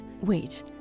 Wait